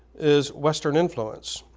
is western influence.